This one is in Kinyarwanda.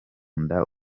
nda